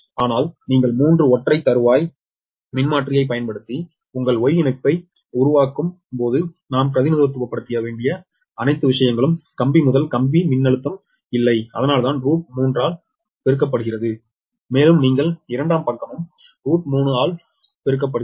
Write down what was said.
ஆனால் நீங்கள் 3 ஒற்றை தறுவாய் மின்மாற்றியைப் பயன்படுத்தி உங்கள் Y இணைப்பை உருவாக்கும் போது நாம் பிரதிநிதித்துவப்படுத்த வேண்டிய அனைத்து விஷயங்களும் கம்பி முதல் கம்பி மின்னழுத்தம் இல்லை அதனால்தான் √𝟑 ஆல் பெருக்கப்படுகிறது மேலும் நீங்கள் இரண்டாம் பக்கமும் √𝟑 ஆல் பெருக்கப்படுகிறது